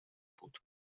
بود